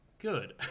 good